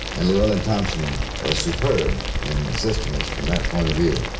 and llewellyn thompson was superb in assisting us from that point of view.